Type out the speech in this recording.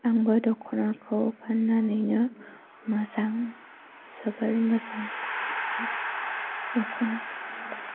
आंबो दखनाखौ गाननानैनो मोजां जोबोर मोजां मोनो आरो दखना गानोब्ला